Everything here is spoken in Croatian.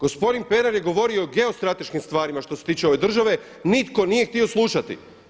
Gospodin Pernar je govorio o geostrateškim stvarima što se tiče ove države, nitko nije htio slušati.